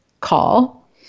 call